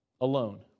alone